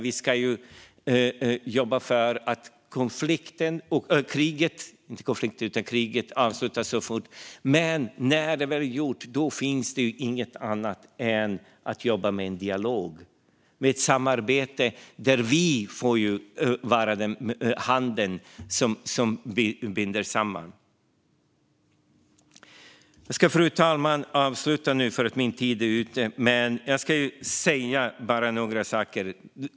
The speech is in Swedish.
Vi ska jobba för att kriget avslutas så fort som möjligt. Men när det väl är gjort finns det inget annat att göra än att jobba med dialog och samarbete, där vi får vara handen som binder samman. Fru talman! Jag ska avsluta mitt anförande nu, för min talartid är slut. Jag ska bara säga några saker.